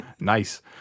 Nice